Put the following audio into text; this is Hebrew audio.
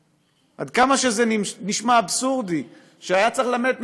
עד כמה שזה נשמע אבסורדי שהיה צריך ללמד את